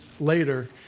later